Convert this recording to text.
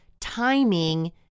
timing